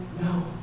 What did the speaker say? no